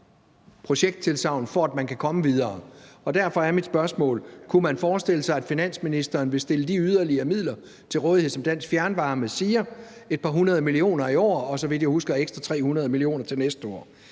projekttilsagn. Derfor er mit spørgsmål: Kunne man forestille sig, at finansministeren vil stille de yderligere midler til rådighed, som Dansk Fjernvarme ønsker, nemlig et par 100 mio. kr. i år og, så vidt jeg husker, ekstra 300 mio. kr. til næste år?